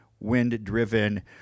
Wind-driven